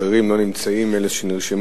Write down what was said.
אחרים לא נמצאים, אלה שנרשמו.